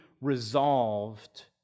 resolved